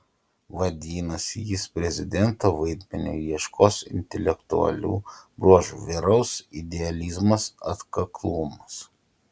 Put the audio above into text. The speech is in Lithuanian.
vadinasi jis prezidento vaidmeniui ieškos intelektualių bruožų vyraus idealizmas atkaklumas